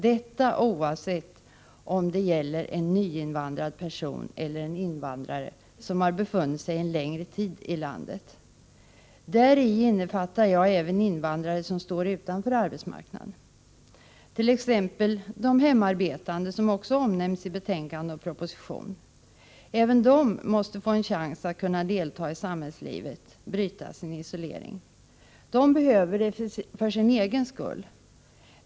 Detta oavsett om det gäller en nyinvandrad person eller en invandrare som har befunnit sig en längre tid i landet.” Däri innefattar jag även invandrare som står utanför arbetsmarknaden, t.ex. de hemarbetande som också omnämns i betänkande och proposition. Även de måste få en chans att kunna delta i samhällslivet — bryta sin isolering. De behöver det för sin egen skull.